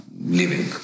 living